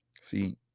See